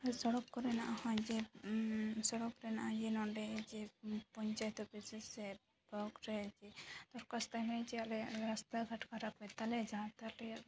ᱥᱚᱲᱚᱠ ᱠᱚᱨᱮᱱᱟᱜ ᱦᱚᱸ ᱡᱮ ᱥᱚᱲᱚᱠ ᱨᱮᱱᱟᱜ ᱡᱮ ᱱᱚᱸᱰᱮ ᱯᱚᱧᱪᱟᱭᱮᱛ ᱚᱯᱷᱤᱥ ᱥᱮ ᱵᱞᱚᱠ ᱨᱮ ᱫᱚᱨᱠᱷᱟᱥᱛᱚ ᱮᱢ ᱦᱩᱭᱩᱜᱼᱟ ᱡᱮ ᱟᱞᱮᱭᱟᱜ ᱨᱟᱥᱛᱟ ᱜᱷᱟᱴ ᱠᱷᱟᱨᱟᱯ ᱜᱮᱛᱟ ᱞᱮᱭᱟ ᱡᱟᱦᱟᱸᱛᱮ ᱟᱞᱮᱭᱟᱜ